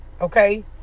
Okay